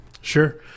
Sure